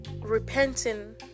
repenting